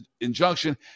injunction